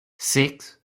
six